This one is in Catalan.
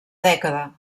dècada